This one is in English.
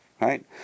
right